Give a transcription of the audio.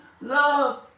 love